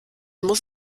muss